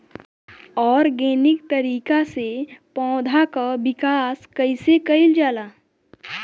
Organic तरीका से पौधा क विकास कइसे कईल जाला?